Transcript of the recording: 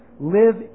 live